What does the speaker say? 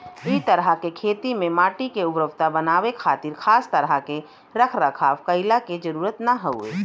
इ तरह के खेती में माटी के उर्वरता बनावे खातिर खास तरह के रख रखाव कईला के जरुरत ना हवे